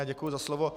Děkuji za slovo.